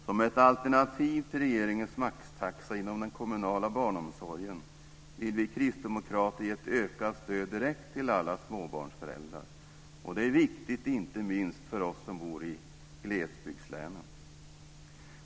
Som ett alternativ till regeringens maxtaxa inom den kommunala barnomsorgen vill vi kristdemokrater ge ett ökat stöd direkt till alla småbarnsföräldrar. Det är viktigt inte minst för oss som bor i glesbygdslänen.